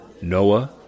Noah